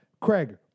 Craig